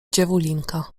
dziewulinka